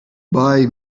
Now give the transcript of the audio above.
buy